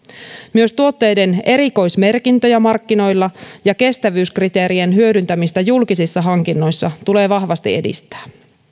myös tuotteiden erikoismerkintöjä markkinoilla ja kestävyyskriteerien hyödyntämistä julkisissa hankinnoissa tulee vahvasti edistää